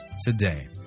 today